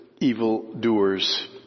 evildoers